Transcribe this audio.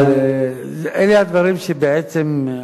אלה הדברים שבעצם,